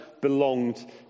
belonged